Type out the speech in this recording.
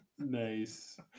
nice